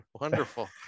wonderful